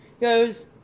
Goes